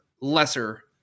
lesser